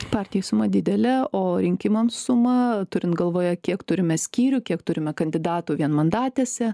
partijai suma didelė o rinkimams suma turint galvoje kiek turime skyrių kiek turime kandidatų vienmandatėse